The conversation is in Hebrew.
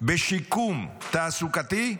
בשיקום תעסוקתי?